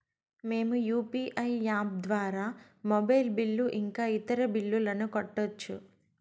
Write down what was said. మేము UPI app ద్వారా mobile bill ఇంకా ఇతర బిల్లులను కట్టొచ్చు